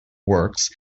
works